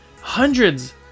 hundreds